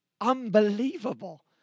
unbelievable